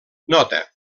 nota